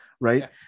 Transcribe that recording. right